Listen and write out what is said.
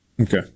Okay